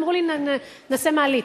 אמרו, נעשה מעלית.